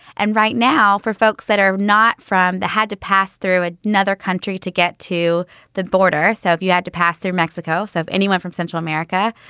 and right now, for folks that are not from the had to pass through another country to get to the border. so if you had to pass through mexico of anyone from central america,